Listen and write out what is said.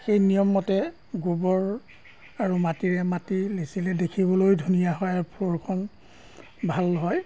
সেই নিয়মমতে গোবৰ আৰু মাটিৰে মাটি লেপিলে দেখিবলৈ ধুনীয়া হয় আৰু ফ্ল'ৰখন ভাল হয়